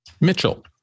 Mitchell